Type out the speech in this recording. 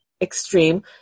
extreme